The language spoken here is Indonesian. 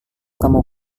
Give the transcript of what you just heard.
kamu